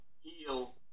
heal